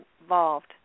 involved